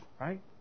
Right